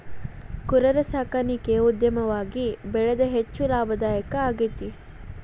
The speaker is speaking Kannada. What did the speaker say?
ಕುರರ ಸಾಕಾಣಿಕೆ ಉದ್ಯಮವಾಗಿ ಬೆಳದು ಹೆಚ್ಚ ಲಾಭದಾಯಕಾ ಆಗೇತಿ